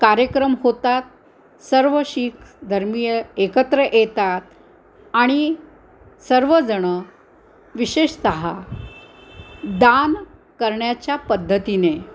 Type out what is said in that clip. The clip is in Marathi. कार्यक्रम होतात सर्व शीख धर्मीय एकत्र येतात आणि सर्वजणं विशेषतः दान करण्याच्या पद्धतीने